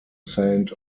saint